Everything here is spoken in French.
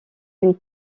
une